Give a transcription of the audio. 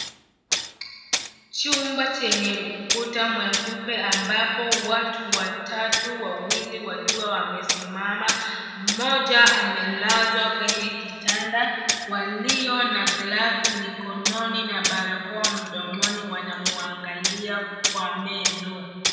Chumba chenye ukuta mweupe ambapo watu watatu wawili wakiwa wamesimama. Mmoja amelazwa kwenye kitanda. Walio na glavu mikononi na barakoa mdomoni wanamwangalia kwa meno.